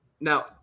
now